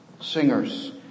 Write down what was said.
singers